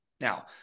Now